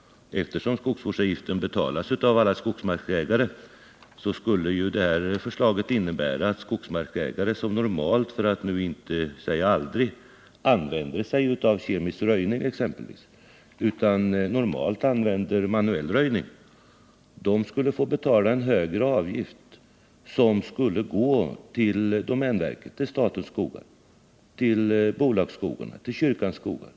Eftersom skogsvårdsavgiften betalas av alla skogsmarksägare skulle förslaget innebära att skogsmarksägare som normalt inte — eller låt mig säga aldrig — använder kemisk röjning exempelvis utan normalt använder manuell röjning skulle få betala en högre avgift, vilken skulle gå till domänverket, till statens skogar, till bolagsskogarna, till kyrkans skogar.